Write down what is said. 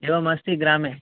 एवमस्ति ग्रामे